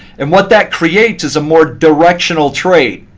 and what that creates is a more directional trade.